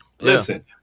listen